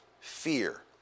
fear